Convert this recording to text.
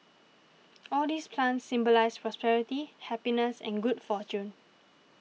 all these plants symbolise prosperity happiness and good fortune